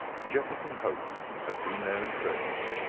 jefferson hope had been there in search of them.